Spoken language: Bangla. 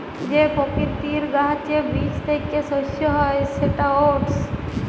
যে পকিতির গাহাচের বীজ থ্যাইকে শস্য হ্যয় সেট ওটস